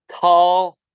tall